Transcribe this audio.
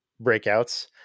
breakouts